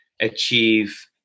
achieve